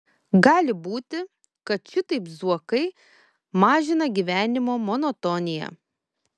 gali būti kad šitaip zuokai mažina gyvenimo monotoniją